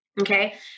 Okay